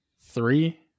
Three